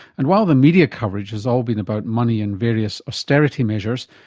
and while the media coverage has all been about money and various austerity measures,